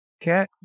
Cat